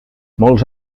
molts